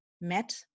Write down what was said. met